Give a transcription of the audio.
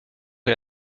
que